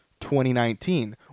2019